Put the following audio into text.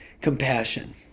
compassion